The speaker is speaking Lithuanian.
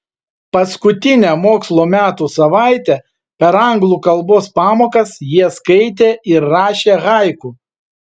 paskutinę mokslo metų savaitę per anglų kalbos pamokas jie skaitė ir rašė haiku